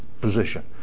position